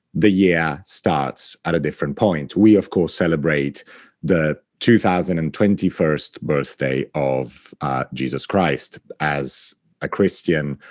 the year starts at a different point. we, of course, celebrate the two thousand and twenty first birthday of jesus christ, as a christian